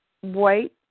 white